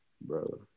Bro